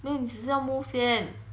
no 你几时要 move 先